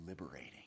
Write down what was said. liberating